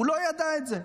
הוא לא ידע את זה.